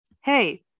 Hey